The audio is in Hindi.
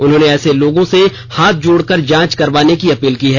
उन्होंने ऐसे लोगों हाथ जोड़कर जांच करवाने की अपील की है